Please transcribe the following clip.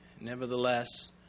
Nevertheless